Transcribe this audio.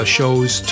Shows